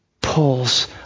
Pulls